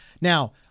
now